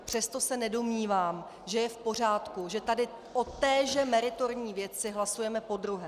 Přesto se nedomnívám, že je v pořádku, že tady o téže meritorní věci hlasujeme podruhé.